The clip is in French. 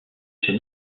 ses